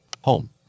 home